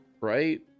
right